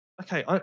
Okay